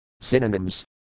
Synonyms